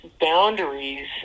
boundaries